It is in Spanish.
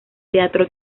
teatro